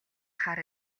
хар